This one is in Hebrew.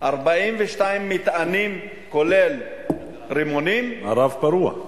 42 מטענים, כולל רימונים -- מערב פרוע.